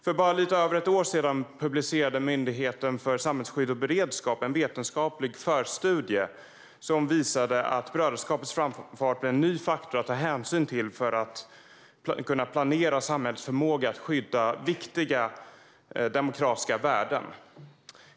För bara lite över ett år sedan publicerade Myndigheten för samhällsskydd och beredskap en vetenskaplig förstudie som visade att Muslimska brödraskapets framfart är en ny faktor att ta hänsyn till för att kunna planera samhällsförmågan att skydda viktiga demokratiska värden.